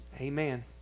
Amen